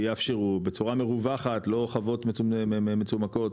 שיאפשרו בצורה מרווחת לא חוות מצומקות,